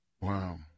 Wow